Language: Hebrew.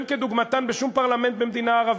אין כדוגמתן בשום פרלמנט במדינה ערבית.